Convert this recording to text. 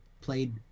played